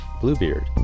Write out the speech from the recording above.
Bluebeard